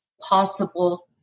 possible